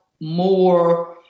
more